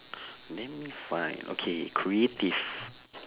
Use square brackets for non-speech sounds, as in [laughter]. [breath] name me five okay creative